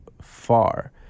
far